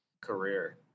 career